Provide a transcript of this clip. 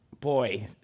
boy